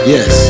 Yes